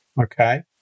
Okay